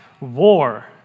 war